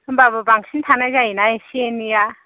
होमबाबो बांसिन थानाय जायो ना एसे एनैया